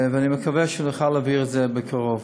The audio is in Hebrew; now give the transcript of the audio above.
אני מקווה שנוכל להעביר את זה בקרוב.